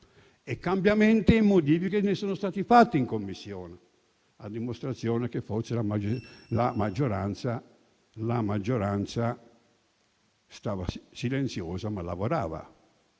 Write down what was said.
Di cambiamenti e modifiche ne sono stati fatti in Commissione, a dimostrazione che forse la maggioranza stava silenziosa, ma lavorava.